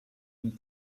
and